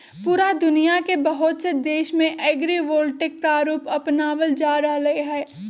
पूरा दुनिया के बहुत से देश में एग्रिवोल्टिक प्रारूप अपनावल जा रहले है